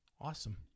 Awesome